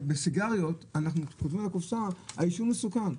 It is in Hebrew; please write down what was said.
בסיגריות, אנחנו כותבים על הקופסא: העישון מסוכן.